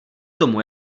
tomu